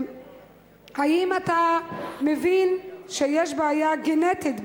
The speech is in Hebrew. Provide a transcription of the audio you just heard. האם אתה מבין שיש בעיה גנטית,